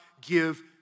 give